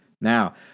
Now